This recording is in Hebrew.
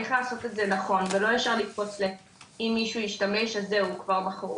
איך לעשות את זה נכון ולא ישר לקפוץ לאם מישהו משתמש אז כבר זהו,